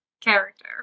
character